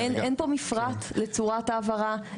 אין פה מפרט לצורת העברה.